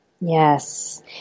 Yes